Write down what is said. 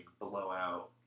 blowout